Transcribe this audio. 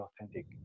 authentic